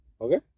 Okay